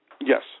Yes